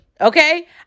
okay